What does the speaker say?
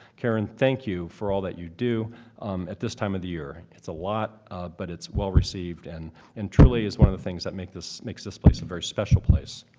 karen, thank you for all that you do at this time of the year. it's a lot but it's well received and and truly is one of the things that makes this makes this place a very special place.